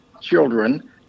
children